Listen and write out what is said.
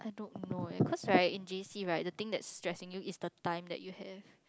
I don't know eh cause right in J_C right the thing that is stressing you is the time that you have